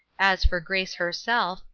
as for grace herself,